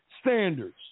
standards